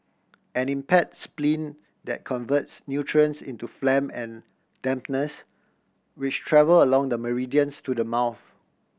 an impair spleen that converts nutrients into phlegm and dampness which travel along the meridians to the mouth